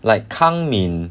the 康敏